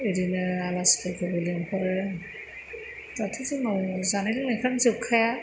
बिदिनो आलासिफोरखौबो लिंहरो माथो जोंनाव जानाय लोंनायफ्रानो जोबखाया